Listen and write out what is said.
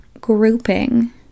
grouping